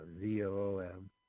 Z-O-O-M